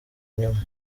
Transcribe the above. nyuma